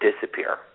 disappear